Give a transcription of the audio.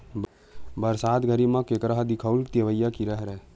बरसात घरी म केंकरा ह दिखउल देवइया कीरा हरय